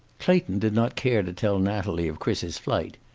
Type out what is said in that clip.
clayton did not care to tell natalie of chris's flight.